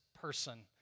person